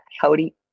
Howdy